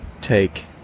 take